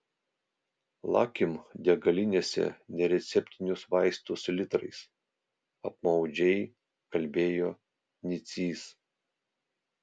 lakim degalinėse nereceptinius vaistus litrais apmaudžiai kalbėjo nicys